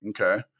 Okay